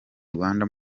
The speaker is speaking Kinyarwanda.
rwanda